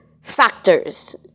factors